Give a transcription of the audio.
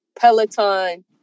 Peloton